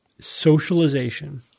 Socialization